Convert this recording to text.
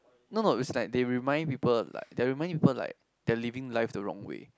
no no it's like they remind people like they are reminding people like they are living life the wrong way